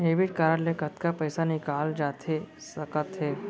Debit card ले कतका पइसा निकाले जाथे सकत हे?